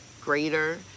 greater